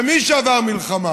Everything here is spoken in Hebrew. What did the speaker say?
מי שעבר מלחמה,